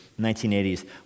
1980s